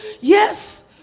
Yes